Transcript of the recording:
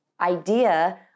idea